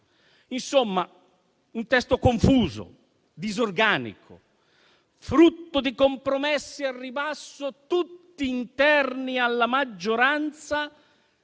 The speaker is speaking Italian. Insomma, il testo è confuso, disorganico, frutto di compromessi al ribasso tutti interni alla maggioranza